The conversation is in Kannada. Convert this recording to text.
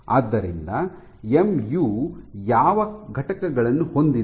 ಆದ್ದರಿಂದ ಎಮ್ ಯು ಯಾವ ಘಟಕಗಳನ್ನು ಹೊಂದಿದೆ